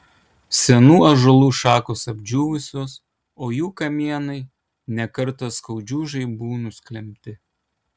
senų ąžuolų šakos apdžiūvusios o jų kamienai ne kartą skaudžių žaibų nusklembti